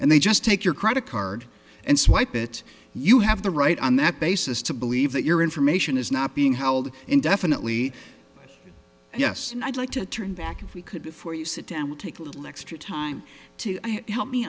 and they just take your credit card and swipe it you have the right on that basis to believe that your information is not being held indefinitely yes and i'd like to turn back if we could before you sit down will take a little extra time to help me